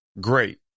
Great